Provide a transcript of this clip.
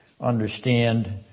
understand